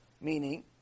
meaning